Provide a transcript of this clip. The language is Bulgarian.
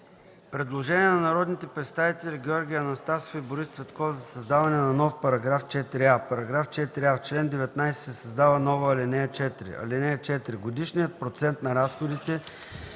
Предложение на народните представители Георги Анастасов и Борис Цветков за създаване на нов § 4а: „§ 4а. В чл. 19 се създава нова ал. 4: „(4) Годишният процент на разходите